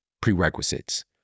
prerequisites